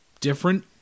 different